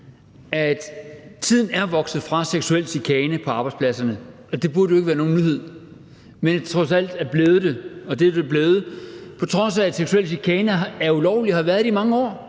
at tiden er vokset fra seksuel chikane på arbejdspladserne, og det burde jo ikke være nogen nyhed. Men det er det trods alt blevet, og det er det blevet, på trods af at seksuel chikane er ulovligt og har været det i mange år.